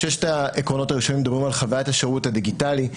ששת העקרונות הראשונים מדברים על חוויית השירות הדיגיטלי.